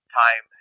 time